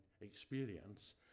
experience